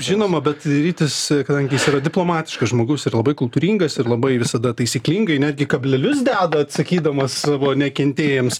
žinoma bet rytis kadangi jis yra diplomatiškas žmogus ir labai kultūringas ir labai visada taisyklingai netgi kablelius deda atsakydamas savo nekentėjams